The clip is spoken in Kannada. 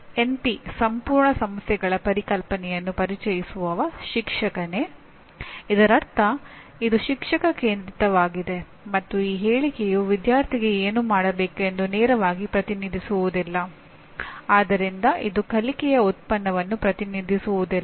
ಉದಾಹರಣೆಗೆ ಮೊದಲನೆಯ ಪಾಠವು ನಡವಳಿಕೆಯ ದೃಷ್ಟಿಯಿಂದ ಸೂಚನಾ ಉದ್ದೇಶಗಳನ್ನು ಹೇಗೆ ಬರೆಯುವುದು ಎಂಬುದರ ಮೇಲೆ ಕೇಂದ್ರೀಕರಿಸುತ್ತದೆ